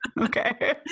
okay